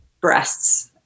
breasts